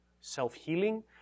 self-healing